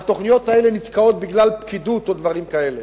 והתוכניות האלה נתקעות בגלל פקידות או דברים כאלה.